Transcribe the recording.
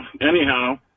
anyhow